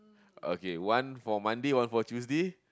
okay one for Monday one for Tuesday